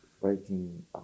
Breaking